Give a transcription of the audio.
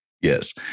Yes